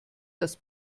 das